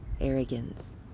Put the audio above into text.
arrogance